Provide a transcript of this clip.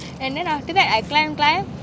and then after that I climb climb